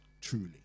truly